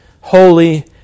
holy